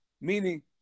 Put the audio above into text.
meaning